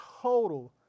total